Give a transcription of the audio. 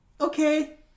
okay